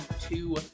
two